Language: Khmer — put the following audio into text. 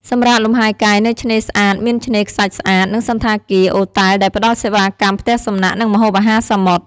សម្រាកលំហែកាយនៅឆ្នេរស្អាតមានឆ្នេរខ្សាច់ស្អាត និងសណ្ឋាគារ អូរតែលដែលផ្តល់សេវាកម្មផ្ទះសំណាក់ និងម្ហូបអាហារសមុទ្រ។